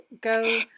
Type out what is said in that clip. go